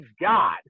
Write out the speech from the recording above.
God